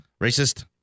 Racist